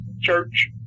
church